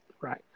right